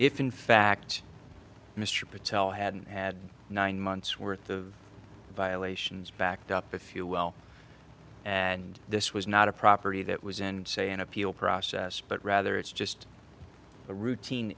if in fact mr patel hadn't had nine months worth of violations backed up a few well and this was not a property that was and say an appeal process but rather it's just a routine